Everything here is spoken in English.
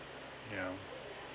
ya